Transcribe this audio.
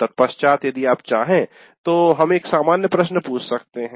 तत्पश्चात यदि आप चाहें तो हम एक सामान्य प्रश्न पूछ सकते हैं